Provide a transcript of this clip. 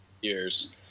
years